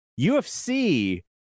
UFC